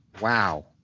Wow